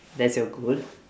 that's your goal